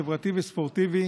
חברתי וספורטיבי